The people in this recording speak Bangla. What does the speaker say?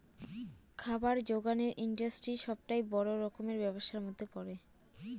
খাবার জোগানের ইন্ডাস্ট্রি সবটাই বড় রকমের ব্যবসার মধ্যে পড়ে